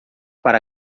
para